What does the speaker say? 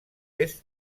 est